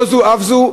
לא זו אף זו,